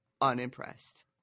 unimpressed